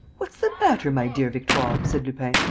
what's the matter, my dear victoire? said lupin.